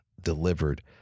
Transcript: delivered